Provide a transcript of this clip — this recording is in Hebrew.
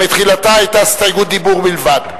שמתחילתה היתה הסתייגות דיבור בלבד.